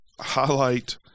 highlight